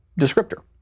descriptor